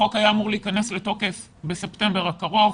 החוק היה אמור להיכנס לתוקף בספטמבר הקרוב.